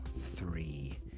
three